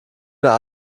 mehr